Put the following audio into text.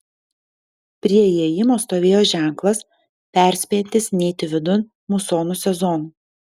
prie įėjimo stovėjo ženklas perspėjantis neiti vidun musonų sezonu